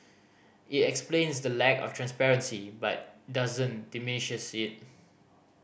it explains the lack of transparency but doesn't diminish it